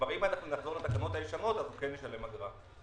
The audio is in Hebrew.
אם אנחנו נחזור לתקנות הישנות אז הוא כן ישלם אגרה,